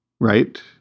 Right